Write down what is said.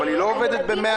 אבל היא לא עובדת ב-100%.